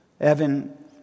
Evan